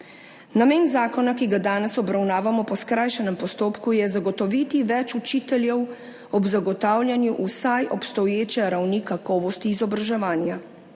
Namen zakona, ki ga danes obravnavamo po skrajšanem postopku je zagotoviti več učiteljev ob zagotavljanju vsaj obstoječe ravni kakovosti izobraževanja.